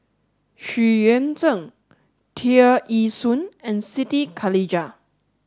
Xu Yuan Zhen Tear Ee Soon and Siti Khalijah